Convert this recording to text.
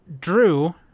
Drew